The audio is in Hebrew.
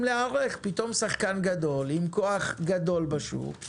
את זה באימייל ובכלל לא צריכים מכתב הביתה.